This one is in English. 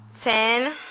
Ten